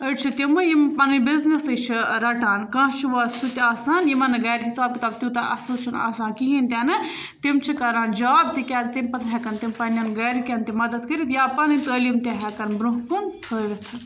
أڑۍ چھِ تِمہٕ یِم پَنٕنۍ بِزنِسٕے چھِ رَٹان کانٛہہ چھِ وۄنۍ سُہ تہِ آسان یِمَن نہٕ گَرِ حِساب کِتاب تیوٗتاہ اَصٕل چھُنہٕ آسان کِہیٖنۍ تِنہٕ تِم چھِ کَران جاب تِکیٛازِ تَمہِ پَتہٕ ہٮ۪کَن تِم پنٛنٮ۪ن گَرِکٮ۪ن تہِ مَدَت کٔرِتھ یا پَنٕںۍ تٲلیٖم تہِ ہٮ۪کَن برٛونٛہہ کُن تھٲوِتھ